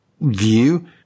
view